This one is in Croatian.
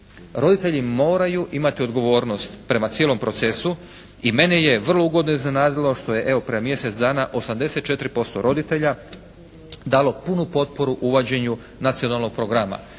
Roditelji moraju imati odgovornost prema cijelom procesu i mene je vrlo ugodno iznenadilo što je evo pred mjesec dana 84% roditelja dalo punu potporu uvođenju Nacionalnog programa.